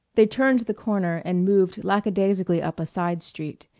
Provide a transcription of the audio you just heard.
they turned the corner and moved lackadaisically up a side street,